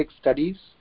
studies